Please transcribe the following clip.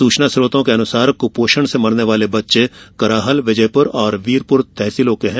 सूचना स्रोतों के अनुसार कुपोषण से मरने वाले बच्चे कराहल विजयपुर और वीरपुर तहसीलों के हैं